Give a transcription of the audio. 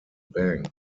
bank